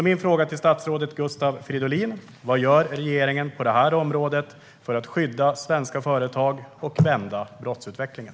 Min fråga till statsrådet Gustav Fridolin är därför vad regeringen gör på detta område för att skydda svenska företag och vända brottsutvecklingen.